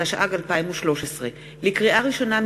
התשע"ג 2013. לקריאה ראשונה,